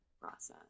process